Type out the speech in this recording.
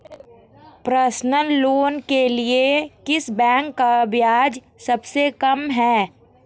Personal loan के लिए किस बैंक का ब्याज सबसे कम है?